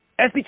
SB